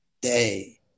day